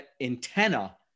antenna